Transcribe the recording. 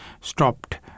stopped